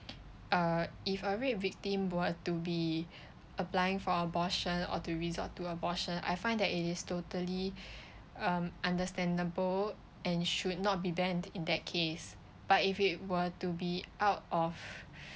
uh if a rape victim were to be applying for a abortion or to resort to abortion I find that it is totally um understandable and should not be banned in that case but if it were to be out of